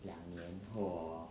两年后 hor